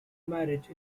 marriage